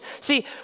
See